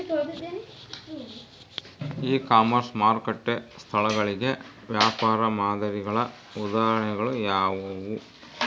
E commerce ಮಾರುಕಟ್ಟೆ ಸ್ಥಳಗಳಿಗೆ ವ್ಯಾಪಾರ ಮಾದರಿಗಳ ಉದಾಹರಣೆಗಳು ಯಾವುವು?